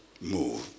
move